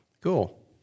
Cool